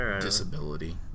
disability